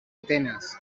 atenas